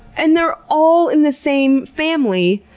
and they're all in the same family.